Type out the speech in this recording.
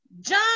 John